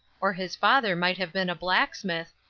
or his father might have been a blacksmith,